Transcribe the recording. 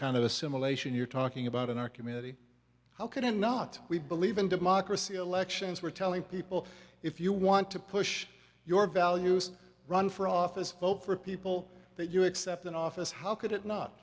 kind of assimilation you're talking about in our community how could it not we believe in democracy elections we're telling people if you want to push your values run for office vote for people that you accept in office how could it not